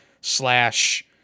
slash